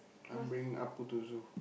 I'm bringing Appu to zoo